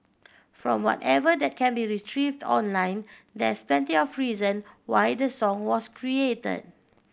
from whatever that can be retrieved online there's plenty of reason why the song was create